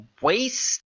waste